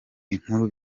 inkuru